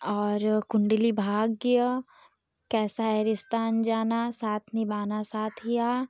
और कुण्डली भाग्य कैसा है रिश्ता अनजाना साथ निभाना साथिया